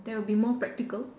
that would be more practical